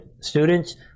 students